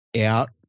out